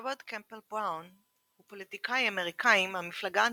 שרוד קמפבל בראון הוא פוליטיקאי אמריקאי מהמפלגה הדמוקרטית,